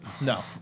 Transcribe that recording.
No